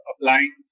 applying